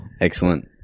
Excellent